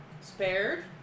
spared